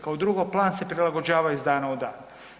Kao drugo, plan se prilagođava iz dana u dan.